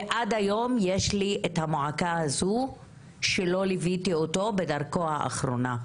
עד היום יש לי את המועקה הזו שלא ליוויתי אותו בדרכו האחרונה,